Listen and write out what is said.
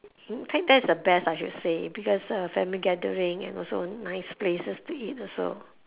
think that's the best I should say because family gathering and also nice places to eat also